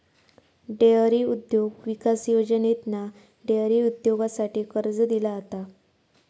dairy उद्योग विकास योजनेतना डेअरी उद्योगासाठी कर्ज दिला जाता